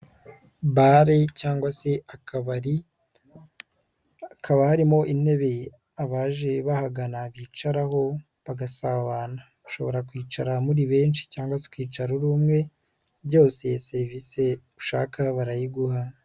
Bare cyangwa se akabari hakaba harimo intebe abaje bahagana bicaraho bagasabana, bashobora kwicara muri benshi cyangwa se ukicara uri umwe byose serivisi ushaka barayiguha.